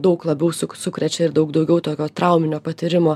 daug labiau sukrečia ir daug daugiau tokio trauminio patyrimo